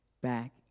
back